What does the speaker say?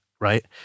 right